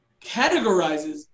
categorizes